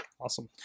Awesome